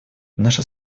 наша